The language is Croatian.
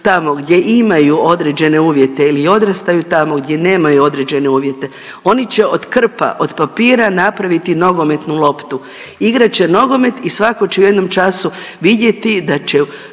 tamo gdje imaju određene uvjete ili odrastaju tamo gdje nemaju određene uvjete oni će od krpa, od papira napraviti nogometnu loptu, igrat će nogomet i svako će u jednom času vidjeti da u